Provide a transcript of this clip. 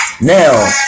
Now